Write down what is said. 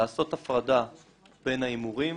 לעשות הפרדה בין ההימורים